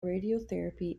radiotherapy